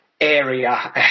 area